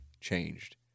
changed